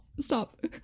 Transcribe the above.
stop